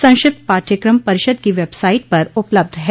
संक्षिप्त पाठयक्रम परिषद की वेबसाइट पर उपलब्ध है